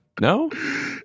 No